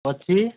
ଅଛି